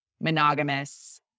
monogamous